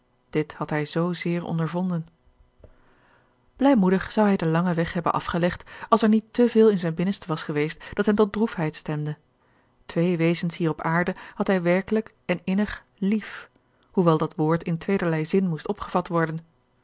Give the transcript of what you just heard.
dit had hij zoo zeer ondervonden blijmoedig zou hij den langen weg hebben afgelegd als er niet te veel in zijn binnenste was geweest dat hem tot droefheid stemde twee wezens hier op aarde had hij werkelijk en innig lief hoewel dat woord in tweederlei zin moest opgevat worden